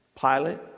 pilate